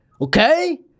Okay